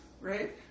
right